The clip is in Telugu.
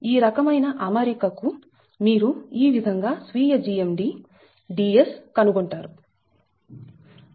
ఈ రకమైన అమరిక కు మీరు ఈ విధంగా స్వీయ GMD Ds కనుగొంటారు